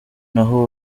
n’aho